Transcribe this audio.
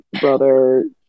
brother